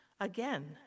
again